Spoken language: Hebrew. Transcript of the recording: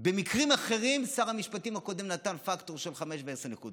במקרים אחרים שר המשפטים הקודם נתן פקטור של חמש ועשר נקודות.